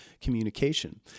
communication